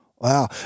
Wow